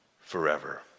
forever